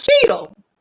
Cheadle